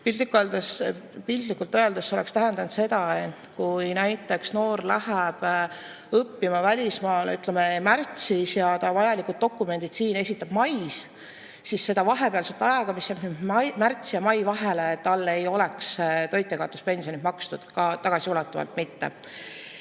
Piltlikult öeldes oleks see tähendanud seda, et kui näiteks noor läheb õppima välismaale märtsis ja ta vajalikud dokumendid siin esitab mais, siis seda vahepealset aega, mis jääb märtsi ja mai vahele, ei oleks talle toitjakaotuspensioni makstud, ka tagasiulatuvalt mitte.